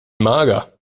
mager